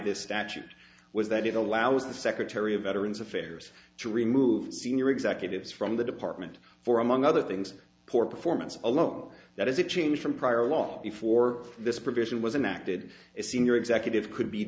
this statute was that it allows the secretary of veterans affairs to remove senior executives from the department for among other things poor performance alone that is a change from prior law before this provision was in acted a senior executive could be